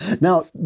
Now